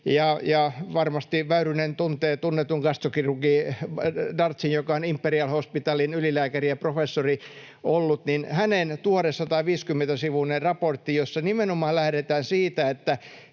varmasti Väyrynen tuntee tunnetun gastrokirurgi Darzin, joka on Imperial Hospitalin ylilääkäri ja professori ollut — tuore 150-sivuinen raportti, jossa nimenomaan lähdetään siitä, että